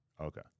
Okay